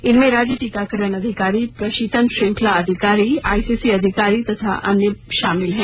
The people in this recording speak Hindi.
इनमें राज्य टीकाकरण अधिकारी प्रशीतन श्रृंखला अधिकारी आईईसी अधिकारी तथा अन्य भागीदार शामिल हैं